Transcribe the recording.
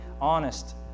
honest